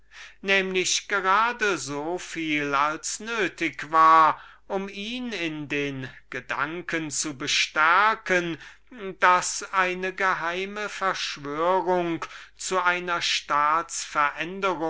gerade so viel als nötig war um ihn in den gedanken zu bestärken daß ein geheimes complot zu einer